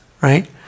right